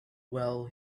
well